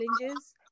challenges